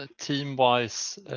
Team-wise